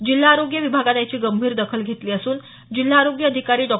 जिल्हा आरोग्य विभागानं याची गंभीर दखल घेतली असून जिल्हा आरोग्य अधिकारी डॉ